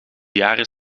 jaren